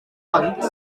pont